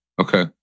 Okay